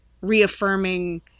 reaffirming